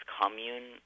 commune